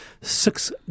six